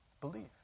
believe